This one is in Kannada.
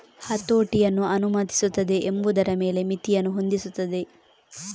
ಹತೋಟಿಯನ್ನು ಅನುಮತಿಸುತ್ತದೆ ಎಂಬುದರ ಮೇಲೆ ಮಿತಿಯನ್ನು ಹೊಂದಿಸುತ್ತದೆ